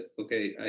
okay